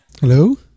Hello